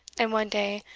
and one day,